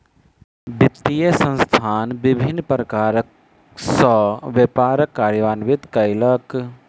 वित्तीय संस्थान विभिन्न प्रकार सॅ व्यापार कार्यान्वित कयलक